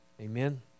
Amen